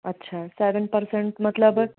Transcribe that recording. अच्छा seven percent मतलब